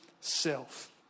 self